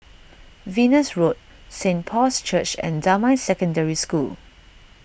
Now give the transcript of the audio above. Venus Road Saint Paul's Church and Damai Secondary School